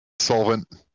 Solvent